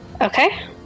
Okay